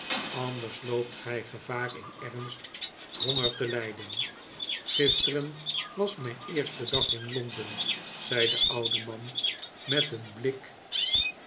anders loopt gij gevaar in ernst honger te lijden gisteren was mijn eerste dag in londen zei de oude man met een blik